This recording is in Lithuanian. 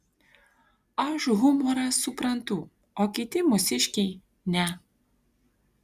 aš humorą suprantu o kiti mūsiškiai ne